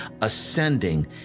ascending